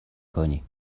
کنی